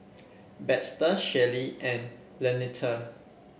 Baxter Shelley and Lanita